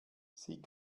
sie